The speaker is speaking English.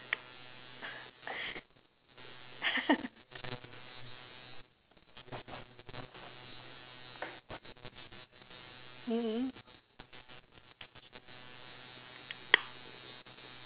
mmhmm